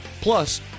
plus